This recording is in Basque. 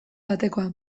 batekoa